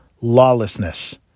lawlessness